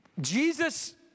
Jesus